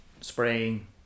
spraying